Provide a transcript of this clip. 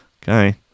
Okay